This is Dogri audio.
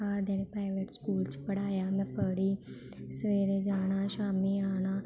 घर दे प्राइवेट स्कूल च पढ़ाया में पढ़ी सवेरे जाना शाम्मी आना